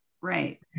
Right